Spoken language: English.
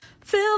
feel